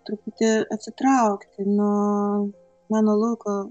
truputį atsitraukti nuo monologo